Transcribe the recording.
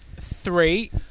Three